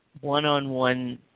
one-on-one